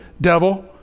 devil